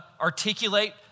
articulate